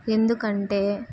ఎందుకంటే